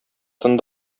тын